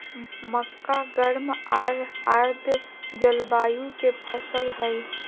मक्का गर्म आर आर्द जलवायु के फसल हइ